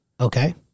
Okay